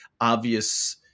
obvious